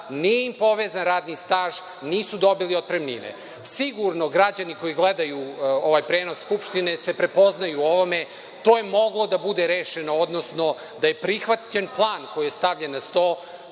nije im povezan radni staž, nisu dobili otpremnine. Sigurno građani koji gledaju ovaj prenos Skupštine se prepoznaju u ovome. To je moglo da bude rešeno, odnosno da je prihvaćen plan koji je stavljen na sto,